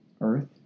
earth